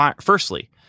Firstly